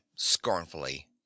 scornfully